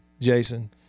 Jason